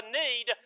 need